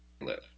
live